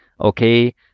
Okay